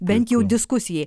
bent jau diskusijai